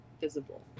visible